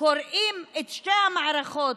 קוראים את שתי המערכות,